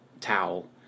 towel